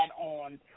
on